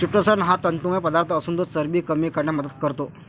chitosan हा तंतुमय पदार्थ असून तो चरबी कमी करण्यास मदत करतो